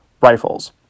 rifles